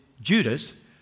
Judas